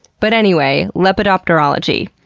but anyway, lepidopterology.